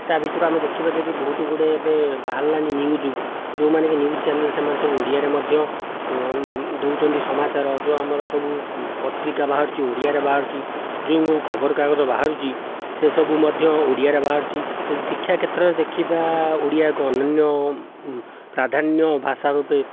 ତା' ଭିତରୁ ଆମେ ଦେଖିବା ଯଦି ବହୁତ ଗୁଡ଼ିଏ ଏବେ ବାହାରିଲାଣି ନ୍ୟୁଜ ଯେଉଁମାନେକି ନ୍ୟୁଜ ଚ୍ୟାନେଲ ସେମାନେ ସବୁ ଓଡ଼ିଆରେ ମଧ୍ୟ ଦେଉଛନ୍ତି ସମାଚାର ଯେଉଁ ଆମର ସବୁ ପତ୍ରିକା ବାହାରୁଛି ଓଡ଼ିଆରେ ବାହାରୁଛି ଯେଉଁ ଖବର କାଗଜ ବାହାରୁଛି ସେସବୁ ମଧ୍ୟ ଓଡ଼ିଆରେ ବାହାରୁଛି ଯଦି ଶିକ୍ଷା କ୍ଷେତ୍ରରେ ଦେଖିବା ଓଡ଼ିଆ ଏକ ଅନନ୍ୟ ପ୍ରାଧାନ୍ୟ ଭାଷା ରୂପେ